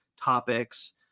topics